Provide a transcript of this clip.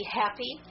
happy